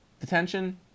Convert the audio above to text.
Detention